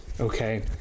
okay